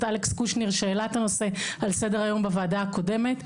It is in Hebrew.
אלכס קושניר שהעלה את הנושא של סדר-היום בוועדה הקודמת.